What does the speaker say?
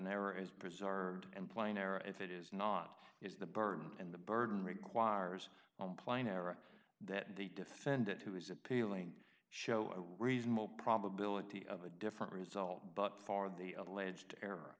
error is preserved and plain or if it is not is the burden and the burden requires on planar that the defendant who is appealing show a reasonable probability of a different result but for the alleged er